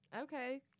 Okay